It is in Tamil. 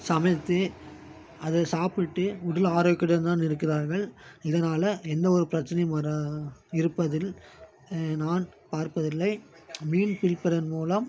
சமைத்து அதை சாப்பிட்டு உடல் ஆரோக்கியவுடன் தான் இருக்கிறார்கள் இதனால் எந்த ஒரு பிரச்சினையும் வரா இருப்பதில் நான் பார்ப்பதில்லை மீன் பிடிப்பதன் மூலம்